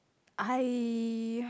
I